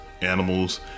animals